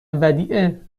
ودیعه